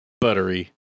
buttery